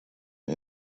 and